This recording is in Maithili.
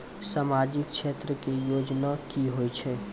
समाजिक क्षेत्र के योजना की होय छै?